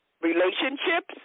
relationships